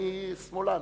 אני שמאלן.